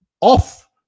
off